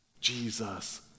Jesus